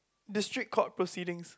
district court proceedings